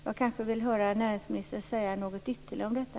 Jag skulle vilja höra näringsministern säga något ytterligare om detta.